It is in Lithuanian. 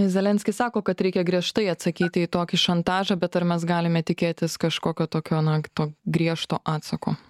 zelenskis sako kad reikia griežtai atsakyti į tokį šantažą bet ar mes galime tikėtis kažkokio tokio nak to griežto atsako